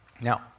now